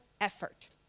effort